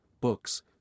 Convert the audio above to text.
books